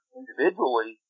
individually